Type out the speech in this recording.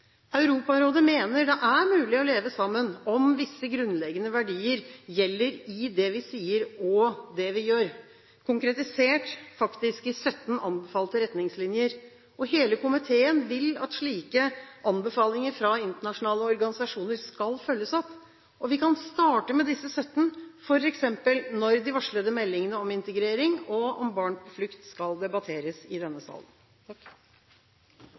Europarådet mener det er mulig å leve sammen om visse grunnleggende verdier gjelder i det vi sier og det vi gjør – konkretisert faktisk i 17 anbefalte retningslinjer. Hele komiteen vil at slike anbefalinger fra internasjonale organisasjoner skal følges opp. Vi kan starte med disse 17, f.eks. når de varslede meldingene om integrering og barn på flukt skal debatteres i denne